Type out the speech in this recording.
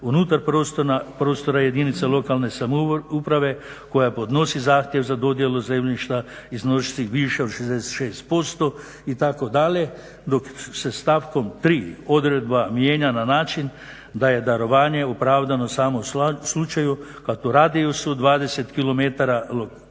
unutar prostora jedinice lokalne samouprave koja podnosi zahtjev za dodjelu zemljišta iznosi više od 66% itd. dok se stavkom 3.odredba mijenja na način da je darovanje opravdano samo u slučaju kada u radijusu od 20km od